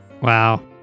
Wow